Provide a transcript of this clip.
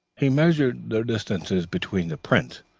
he measured the distances between the prints,